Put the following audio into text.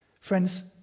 Friends